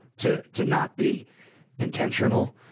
to, to not be intentional.